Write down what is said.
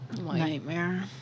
Nightmare